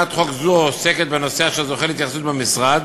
הצעת חוק זו עוסקת בנושא אשר זוכה להתייחסות במשרד